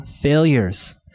failures